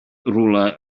rhywle